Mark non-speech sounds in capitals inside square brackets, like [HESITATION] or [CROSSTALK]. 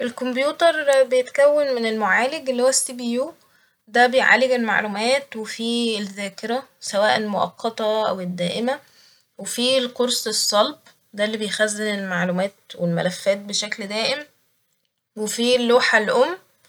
الكمبيوتر [HESITATION] بيتكون من المعالج اللي هو السي بي يو ده بيعالج المعلومات و في الذاكرة سواء المؤقتة أو الدائمة وفي القرص الصلب ده اللي بيخزن المعلومات والملفات بشكل دائم ، وفي اللوحة الأم